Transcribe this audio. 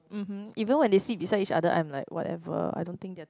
mmhmm even when they sit beside each other I'm like whatever I don't think they're